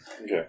Okay